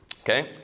okay